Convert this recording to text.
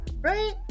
right